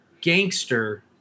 gangster –